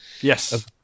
Yes